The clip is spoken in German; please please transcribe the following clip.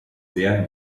sehr